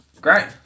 Great